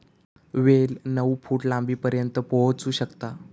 वेल नऊ फूट लांबीपर्यंत पोहोचू शकता